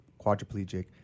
quadriplegic